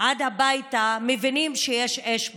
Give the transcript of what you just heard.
עד הבית מבינים שיש אש בחוץ,